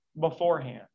beforehand